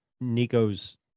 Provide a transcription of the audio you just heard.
Nico's